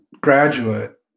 graduate